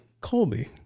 Colby